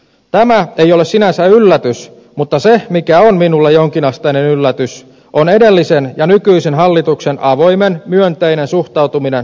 tämä ei ole sinänsä yllätys mutta se mikä on minulle jonkinasteinen yllätys on edellisen ja nykyisen hallituksen avoimen myönteinen suhtautuminen tällaiseen toimintaan